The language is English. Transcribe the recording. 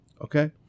Okay